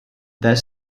that